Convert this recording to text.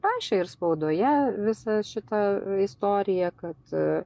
rašė ir spaudoje visą šitą istoriją kad